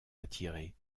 attirer